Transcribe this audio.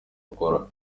bakora